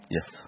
Yes